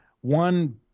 one